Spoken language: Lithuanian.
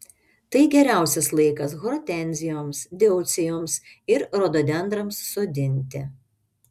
tai geriausias laikas hortenzijoms deucijoms ir rododendrams sodinti